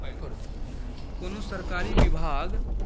कोनो सरकारी विभाग